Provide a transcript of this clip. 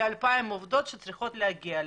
ל-2,000 עובדים שצריכות להגיע לכאן.